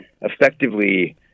effectively